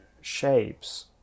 shapes